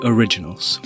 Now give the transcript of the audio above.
Originals